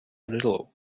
little